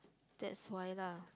that's why lah